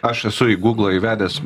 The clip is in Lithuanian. aš esu į gūglą įvedęs